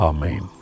Amen